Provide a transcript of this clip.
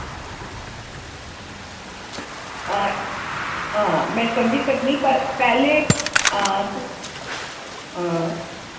हां हां में समझी सकनी पर पैह्ले हां हां